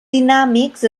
dinàmics